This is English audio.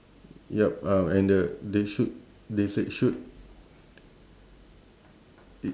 yup uh and the they shoot they said shoot